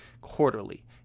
quarterly